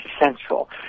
essential